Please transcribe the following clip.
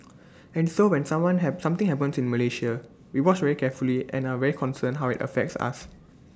and so when someone have something happens to Malaysia we watch very carefully and are very concerned how IT affects us